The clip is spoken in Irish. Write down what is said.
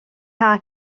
hea